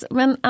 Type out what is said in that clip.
men